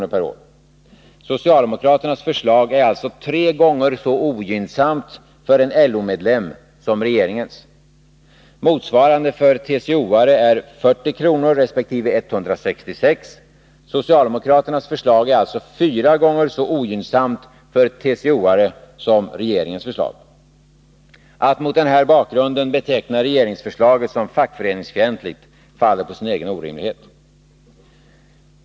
per år. Socialdemokraternas förslag är alltså tre gånger så ogynnsamt för en LO-medlem som regeringens förslag. Motsvarande för TCO-are är 40 kr. resp. 166 kr. Socialdemokraternas förslag är fyra gånger så ogynnsamt för TCO-are som regeringens förslag. Att mot den här bakgrunden beteckna regeringsförslaget som fackföreningsfientligt faller på sin egen orimlighet.